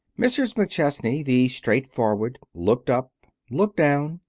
mrs. mcchesney, the straightforward, looked up, looked down,